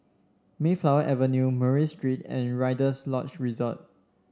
Mayflower Avenue Murray Street and Rider's Lodge Resort